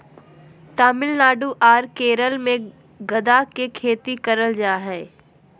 तमिलनाडु आर केरल मे गदा के खेती करल जा हय